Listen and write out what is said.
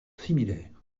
similaire